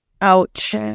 ouch